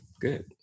Good